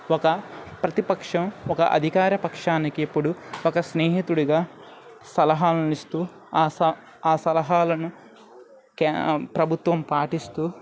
ఒక ప్రతిపక్షం ఒక అధికార పక్షానికి ఇప్పుడు ఒక స్నేహితుడిగా సలహాలను ఇస్తూ ఆ ఆ సలహాలను ప్రభుత్వం పాటిస్తూ